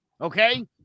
okay